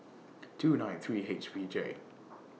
two nine three H V J